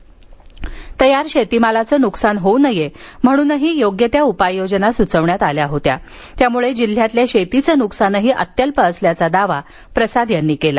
शिवाय तयार शेतमालाचे नुकसान होऊ नये म्हणूनही योग्य त्या उपाययोजना सूचवण्यात आल्या होत्या त्यामुळे जिल्ह्यातील शेतीच नुकसानही अत्यल्प असल्याचा दावा प्रसाद यांनी केला